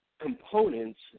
components